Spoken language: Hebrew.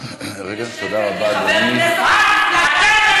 תודה רבה, אדוני.